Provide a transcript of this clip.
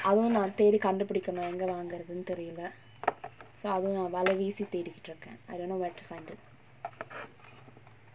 அதுவும் நா தேடி கண்டு புடிக்கனும் எங்க வாங்குறதுன்னு தெரியல்ல:athuvum naa thedi kandu pudikanum enga vaangurathunu theriyalla so அதுவும் நா வல வீசி தேடிட்டு இருக்க:athuvum naa vala veesi thedittu irukka I don't know where to find it